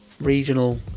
regional